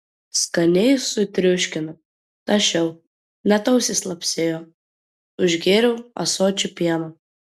skaniai sutriuškinau tašiau net ausys lapsėjo užgėriau ąsočiu pieno